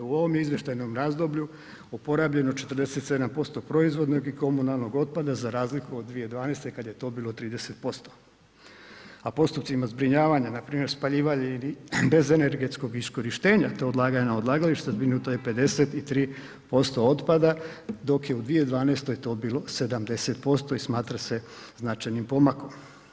U ovom izvještajnom razdoblju, oporabljeno je 47% proizvodnog i komunalnog otpada za razliku od 2012. kad je to bilo 30%, a postupcima zbrinjavanja, npr. spaljivanja ili bezenergetskog iskorištenja te odlaganja na odlagališta, zbrinuto je 53% otpada dok je u 2012. to bilo 70% i smatra se značajnim pomakom.